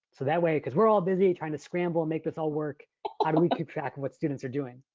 so that way, cause we're all busy, trying to scramble and make this all work how do we keep track of what students are doing?